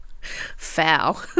Foul